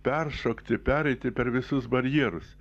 peršokti pereiti per visus barjerus